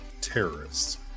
terrorists